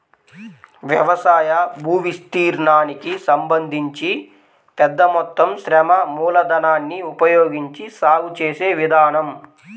వ్యవసాయ భూవిస్తీర్ణానికి సంబంధించి పెద్ద మొత్తం శ్రమ మూలధనాన్ని ఉపయోగించి సాగు చేసే విధానం